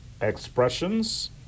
expressions